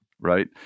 Right